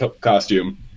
costume